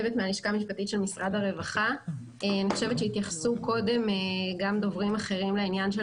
אני חושבת שהתייחסו קודם גם דוברים אחרים לעניין של